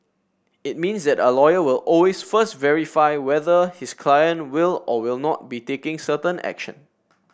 it means that a lawyer will always first verify whether his client will or will not be taking certain action